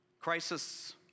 Crisis